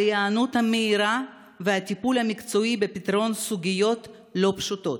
ההיענות המהירה והטיפול המקצועי בפתרון סוגיות לא פשוטות.